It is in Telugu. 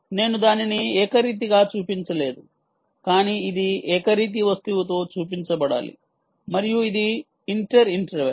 నేను దానిని ఏకరీతిగా చూపించలేదు కానీ ఇది ఏకరీతి వస్తువుతో చూపించబడాలి మరియు ఇది ఇంటర్ ఇంటర్వెల్